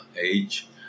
age